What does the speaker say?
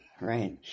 right